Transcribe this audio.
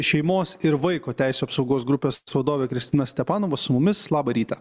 šeimos ir vaiko teisių apsaugos grupės vadovė kristina stepanova su mumis labą rytą